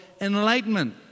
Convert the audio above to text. enlightenment